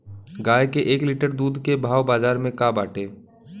गाय के एक लीटर दूध के भाव बाजार में का बाटे?